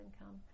income